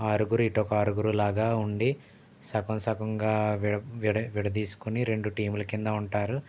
ఆరుగురు ఇటొక ఆరుగురు లాగ ఉండి సగం సగంగా విడ విడదీసుకొని రెండు టీములు కింద ఉంటారు